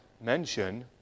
mention